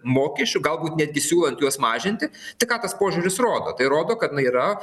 mokesčių galbūt netgi siūlant juos mažinti tai ką tas požiūris rodo tai rodo kad na yra